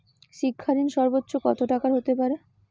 শিক্ষা ঋণ সর্বোচ্চ কত টাকার হতে পারে?